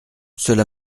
cela